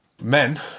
Men